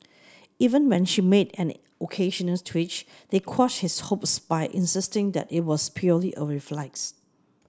even when she made an occasional twitch they quashed his hopes by insisting that it was purely a reflex